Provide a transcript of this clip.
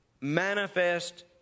manifest